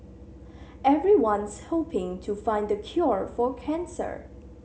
everyone's hoping to find the cure for cancer